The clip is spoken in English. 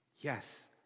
Yes